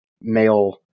male